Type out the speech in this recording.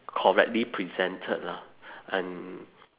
correctly presented lah and